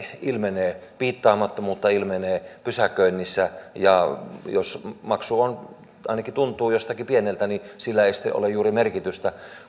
piittaamattomuutta ilmenee pysäköinnissä ja jos maksu on tai ainakin tuntuu jostakin pieneltä niin sillä ei sitten ole juuri merkitystä